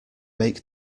make